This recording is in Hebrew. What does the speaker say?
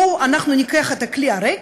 בואו ניקח את הכלי הריק,